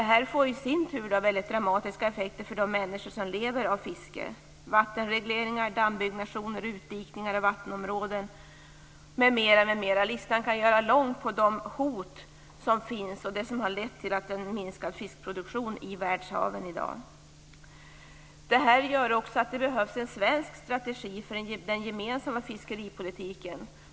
Detta får i sin tur väldigt dramatiska effekter för de människor som lever av fiske. Det gäller vattenregleringar, dammbyggnationer och utdikningar av vattenområden m.m. Listan kan göras lång på de hot som finns och som har lett till en minskad fiskproduktion i världshaven i dag. Detta gör också att det behövs en svensk strategi för den gemensamma fiskeripolitiken.